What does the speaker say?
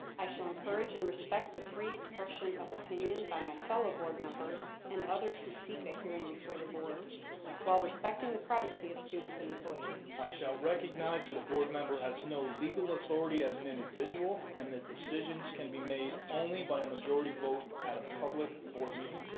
i shall encourage and respect the free expression of opinion by my fellow board members and others who seek a hearing before the board while respecting the privacy of students and employees. i shall recognize that a board member has no legal authority as an individual and that decisions can be made only by majority vote at a public board meeting.